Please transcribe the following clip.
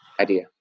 idea